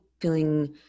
feeling